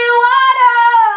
water